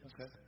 Okay